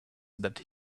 that